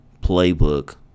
playbook